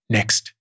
Next